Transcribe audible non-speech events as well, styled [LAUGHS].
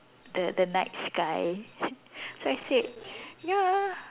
the the night sky [LAUGHS] so I said ya